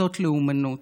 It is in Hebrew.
זאת לאומנות,